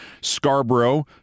Scarborough